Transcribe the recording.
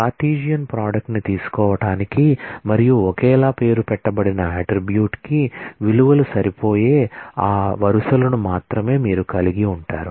Cartesian product ని తీసుకోవటానికి మరియు ఒకేలా పేరు పెట్టబడిన అట్ట్రిబ్యూట్ కి విలువలు సరిపోయే ఆ వరుసలను మాత్రమే మీరు కలిగి ఉంటారు